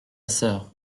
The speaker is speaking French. sœur